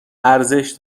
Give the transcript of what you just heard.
ارزش